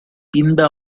இந்த